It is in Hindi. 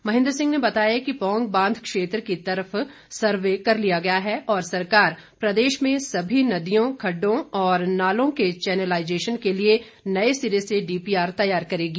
महेंद्र सिंह ने बताया कि पौंग बांध क्षेत्र की तरफ सर्वे कर लिया गया है और सरकार प्रदेश में सभी नदियों खडडों और नालों के चैनलाइजेश्न के लिए नए सीरे से डीपीआर तैयार करेगी